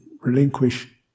relinquish